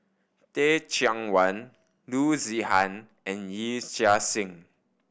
Teh Cheang Wan Loo Zihan and Yee Chia Hsing